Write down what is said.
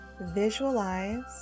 visualize